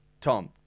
Tom